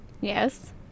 Yes